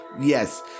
Yes